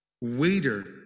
waiter